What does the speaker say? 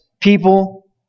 people